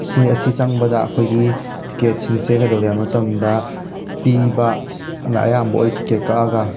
ꯁꯤꯡ ꯑꯁꯤ ꯆꯪꯕꯗ ꯑꯩꯈꯣꯏꯒꯤ ꯇꯤꯀꯦꯠꯁꯤꯡꯁꯦ ꯀꯩꯗꯧꯒꯦ ꯍꯥꯏꯕ ꯃꯇꯝꯗ ꯄꯤꯕ ꯑꯅ ꯑꯌꯥꯝꯕ ꯑꯣꯏ ꯇꯤꯀꯦꯠ ꯀꯛꯑꯒ